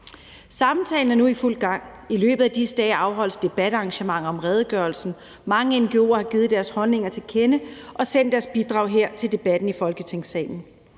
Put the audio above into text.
Samtalen er nu i fuld gang. I løbet af disse dage afholdes debatarrangementer om redegørelsen. Mange ngo'er har givet deres holdninger til kende og sendt deres bidrag her til debatten i Folketingssalen.